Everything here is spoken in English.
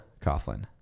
Coughlin